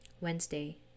Wednesday